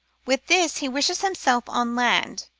with this he wishes himself on land,